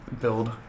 build